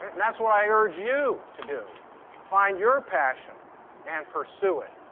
that's what i urge you to do find your passion and pursue it.